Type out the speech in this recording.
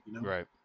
Right